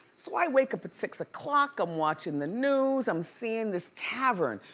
so i wake up at six o'clock, i'm watching the news, i'm seeing this tavern.